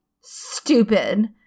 stupid